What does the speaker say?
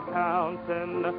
counting